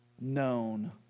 known